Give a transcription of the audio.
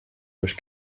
durch